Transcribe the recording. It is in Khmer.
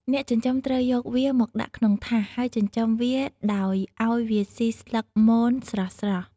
អ្នកចិញ្ចឹមត្រូវយកវាមកដាក់ក្នុងថាស ហើយចិញ្ចឹមវាដោយឲ្យវាសុីស្លឹកមនស្រស់ៗ។